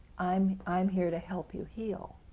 um i am here to help you heal.